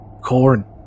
Corn